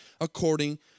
according